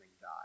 God